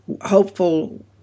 hopeful